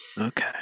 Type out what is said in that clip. Okay